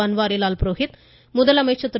பன்வாரிலால் புரோஹித் முதலமைச்சர் திரு